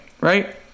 right